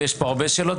ויש פה הרבה שאלות,